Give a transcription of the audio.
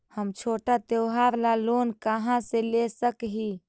हम छोटा त्योहार ला लोन कहाँ से ले सक ही?